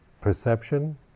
perception